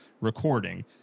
recording